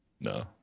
No